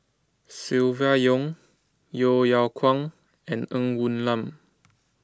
Silvia Yong Yeo Yeow Kwang and Ng Woon Lam